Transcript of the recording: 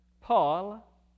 Paul